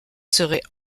serait